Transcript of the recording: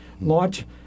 launch